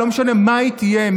לא משנה מה היא תהיה,